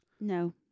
No